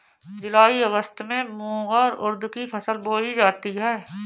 जूलाई अगस्त में मूंग और उर्द की फसल बोई जाती है